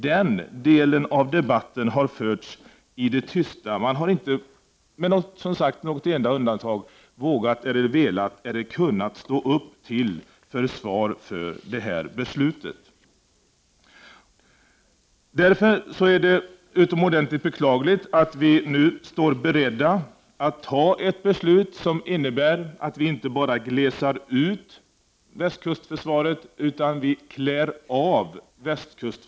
Den delen av debatten har förts i det tysta, och med något enstaka undantag har man inte vågat, velat eller kunnat stå upp till försvar för detta beslut. Därför är det utomordentligt beklagligt att vi nu står beredda att ta ett beslut som innebär att vi inte bara glesar ut västkustförsvaret utan klär av det.